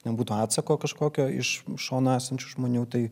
nebūtų atsako kažkokio iš šono esančių žmonių tai